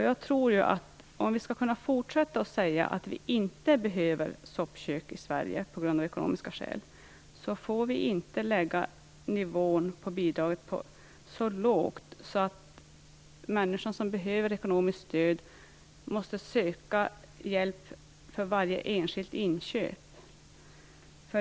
Jag tror att om vi skall kunna fortsätta att säga att vi inte behöver soppkök av ekonomiska skäl i Sverige får nivån på bidraget inte sättas så lågt att människor som behöver ekonomiskt stöd måste söka hjälp för varje enskilt inköp.